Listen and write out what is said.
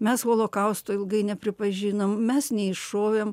mes holokausto ilgai nepripažinom mes neiššovėm